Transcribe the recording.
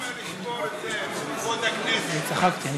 כבוד הכנסת, צחקתי.